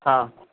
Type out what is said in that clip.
हां